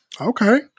Okay